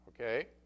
okay